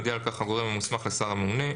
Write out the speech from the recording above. יודיע על כך הגורם המוסמך לשר הממונה.